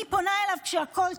אני פונה אליו כשהכול טוב,